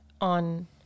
on